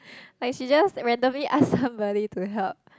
like she just randomly asked somebody to help